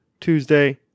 Tuesday